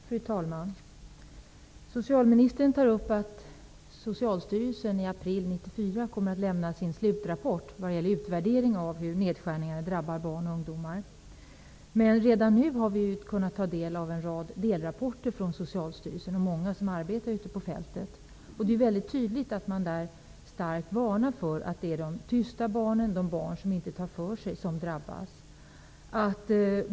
Fru talman! Socialministern nämner att Socialstyrelsen i april 1994 kommer att lämna sin slutrapport vad gäller utvärdering av hur nedskärningarna drabbar barn och ungdomar. Men redan nu har vi kunnat ta del av en rad delrapporter från Socialstyrelsen och från många som arbetar ute på fältet. Det är väldigt tydligt och man varnar starkt för att det är de tysta barnen, de barn som inte tar för sig, som drabbas.